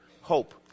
hope